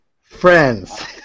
Friends